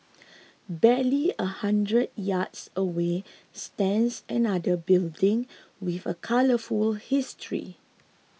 barely a hundred yards away stands another building with a colourful history